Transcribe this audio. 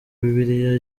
bibiliya